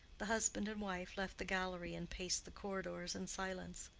the husband and wife left the gallery and paced the corridors in silence.